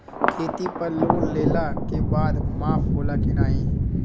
खेती पर लोन लेला के बाद माफ़ होला की ना?